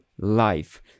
life